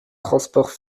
transport